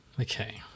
Okay